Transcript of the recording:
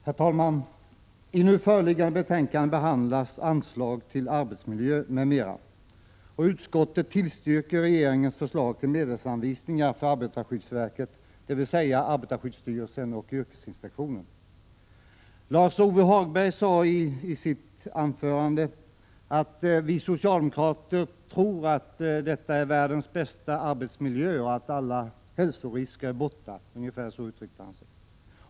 Herr talman! I nu föreliggande betänkande behandlas anslag till arbetsmiljö m.m. Utskottet tillstyrker regeringens förslag till medelsanvisningar till arbetarskyddsverket, dvs. arbetarskyddsstyrelsen och yrkesinspektionen. Lars-Ove Hagberg sade i sitt anförande att vi socialdemokrater tror att vi har världens bästa arbetsmiljö och att alla hälsorisker är borta — ungefär så uttryckte han sig.